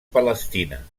palestina